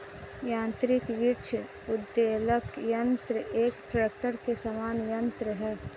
यान्त्रिक वृक्ष उद्वेलक यन्त्र एक ट्रेक्टर के समान यन्त्र है